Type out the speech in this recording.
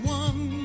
one